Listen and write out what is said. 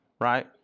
right